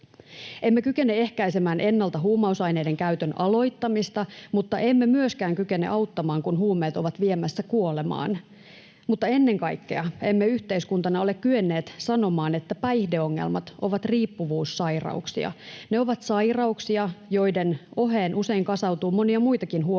Emme kykene ehkäisemään ennalta huumausaineiden käytön aloittamista, mutta emme myöskään kykene auttamaan, kun huumeet ovat viemässä kuolemaan, mutta ennen kaikkea emme yhteiskuntana ole kyenneet sanomaan, että päihdeongelmat ovat riippuvuussairauksia. Ne ovat sairauksia, joiden oheen usein kasautuu monia muitakin